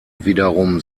wiederum